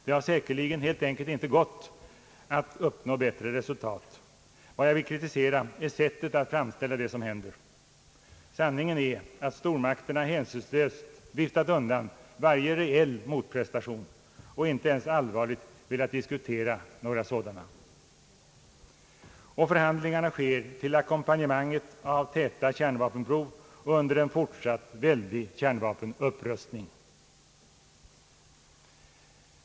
Det har säkerligen inte gått att uppnå bättre resultat. Vad jag vill kritisera är sättet att framställa det som händer. Sanningen är att stormakterna hänsynslöst har viftat undan varje reell motprestation och inte ens velat allvarligt diskutera någon sådan. Förhandlingarna sker till ackompanjemanget av täta kärnvapenprov och under en fortsatt väldig kärnvapenupprustning.